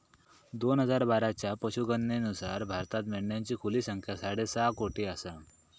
दोन हजार बाराच्या पशुगणनेनुसार भारतात मेंढ्यांची खुली संख्या साडेसहा कोटी आसा